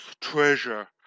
treasure